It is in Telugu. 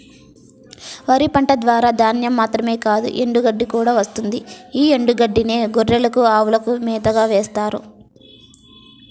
వరి పంట ద్వారా ధాన్యం మాత్రమే కాదు ఎండుగడ్డి కూడా వస్తుంది యీ ఎండుగడ్డినే బర్రెలకు, అవులకు మేతగా వేత్తారు